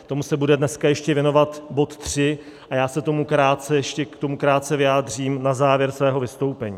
Tomu se bude dneska ještě věnovat bod 3 a já se ještě k tomu krátce vyjádřím na závěr svého vystoupení.